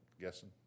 guessing